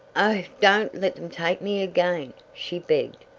oh, don't let them take me again! she begged.